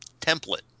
template